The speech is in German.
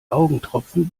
augentropfen